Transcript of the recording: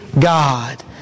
God